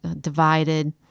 divided